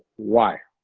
why?